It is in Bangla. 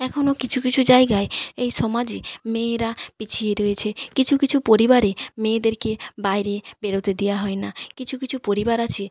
এখনো কিছু কিছু জায়গায় এই সমাজে মেয়েরা পিছিয়ে রয়েছে কিছু কিছু পরিবারে মেয়েদেরকে বাইরে বেরোতে দেয়া হয় না কিছু কিছু পরিবার আছে